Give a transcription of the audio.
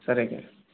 సరే కిరణ్